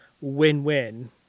win-win